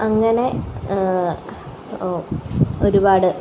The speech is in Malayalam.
അങ്ങനെ ഒരുപാട്